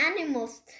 animals